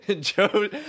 Joe